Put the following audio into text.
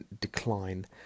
decline